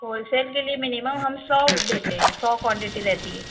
whole cell کے لیے minimum ہم سو دیتے ہیں سو کوانٹٹی رہتی ہے